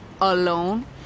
Alone